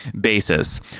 basis